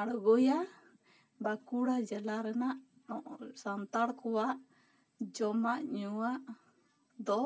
ᱟᱬᱜᱚᱭᱟ ᱵᱟᱸᱠᱩᱲᱟ ᱡᱮᱞᱟ ᱨᱮᱱᱟᱜ ᱱᱚᱜᱼᱚᱭ ᱥᱟᱱᱛᱟᱲ ᱠᱚᱣᱟᱜ ᱡᱚᱢᱟᱜ ᱧᱩᱭᱟᱜ ᱫᱚ